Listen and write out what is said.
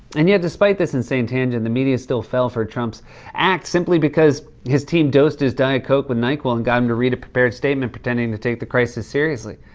and yet despite this insane tangent, the media still fell for trump's act, simply because his team dosed his diet coke with nyquil and got him to read a prepared statement pretending to take the crisis seriously.